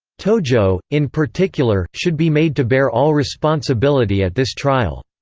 tojo, in particular, should be made to bear all responsibility at this trial.